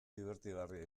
dibertigarria